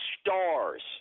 stars